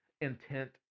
intent